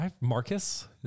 Marcus